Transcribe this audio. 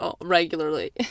regularly